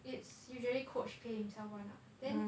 it's usually coach pay himself [one] lah then